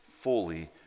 fully